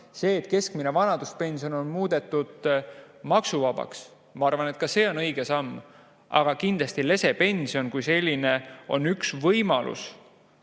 see, et keskmine vanaduspension on muudetud maksuvabaks, on õige samm. Aga kindlasti lesepension kui selline on üks võimalus